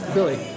Billy